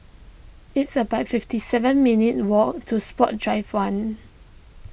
it's about fifty seven minutes' walk to Sports Drive one